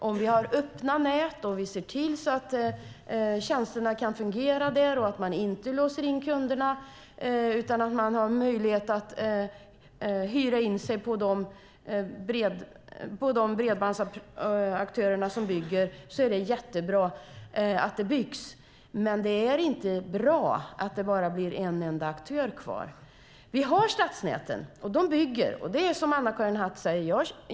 Om vi har öppna nät och ser till att tjänsterna kan fungera där och att man inte låser in kunderna utan att de har möjlighet att hyra in sig på de bredbandsaktörer som bygger är det jättebra att det byggs. Men det är inte bra att det bara blir en enda aktör kvar. Vi har stadsnäten, och de bygger. Det är som Anna-Karin Hatt säger.